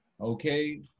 Okay